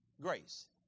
Grace